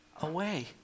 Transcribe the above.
away